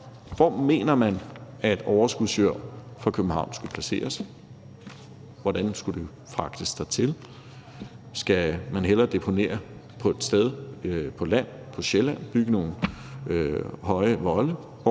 Hvor mener man, at overskudsjord fra København så skulle placeres? Hvordan skulle det fragtes dertil? Skal man hellere deponere jorden et sted på land, på Sjælland, og bygge nogle høje volde?